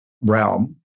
realm